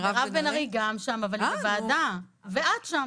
מירב בן ארי גם שם אבל היא בוועדה ואת שם.